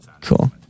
Cool